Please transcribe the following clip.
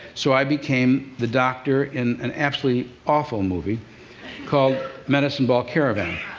so i became the doctor in an absolutely awful movie called medicine ball caravan.